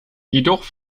jedoch